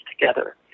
together